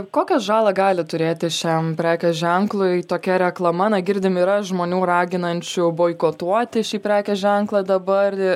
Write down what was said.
kokią žalą gali turėti šiam prekės ženklui tokia reklama na girdime yra žmonių raginančių boikotuoti šį prekės ženklą dabar